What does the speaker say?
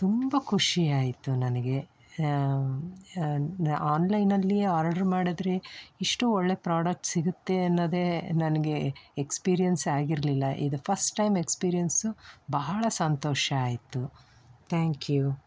ತುಂಬ ಖುಷಿ ಆಯಿತು ನನಗೆ ಆನ್ಲೈನಲ್ಲಿ ಆರ್ಡ್ರ್ ಮಾಡಿದ್ರೆ ಇಷ್ಟು ಒಳ್ಳೆಯ ಪ್ರಾಡಕ್ಟ್ ಸಿಗುತ್ತೆ ಅನ್ನೋದೇ ನನಗೆ ಎಕ್ಸ್ಪೀರಿಯನ್ಸೇ ಆಗಿರಲಿಲ್ಲ ಇದು ಫಸ್ಟ್ ಟೈಮ್ ಎಕ್ಸ್ಪೀರಿಯನ್ಸು ಬಹಳ ಸಂತೋಷ ಆಯಿತು ತ್ಯಾಂಕ್ ಯು